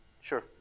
Sure